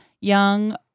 young